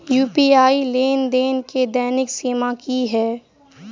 UPI लेनदेन केँ दैनिक सीमा की है?